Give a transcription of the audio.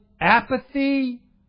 apathy